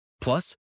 Plus